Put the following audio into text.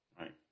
Right